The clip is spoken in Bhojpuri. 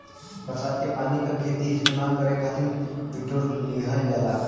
बरसात के पानी क खेती में इस्तेमाल करे खातिर बिटोर लिहल जाला